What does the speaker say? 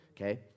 okay